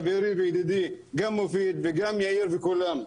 חברי וידידי, גם מופיד וגם יאיר וכולם,